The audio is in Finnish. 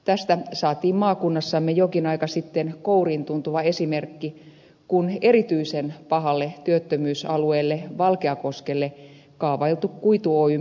tästä saatiin maakunnassamme jokin aika sitten kouriintuntuva esimerkki kun erityisen pahalle työttömyysalueelle valkeakoskelle kaavailtu kuitu oyn pelastusoperaatio kaatui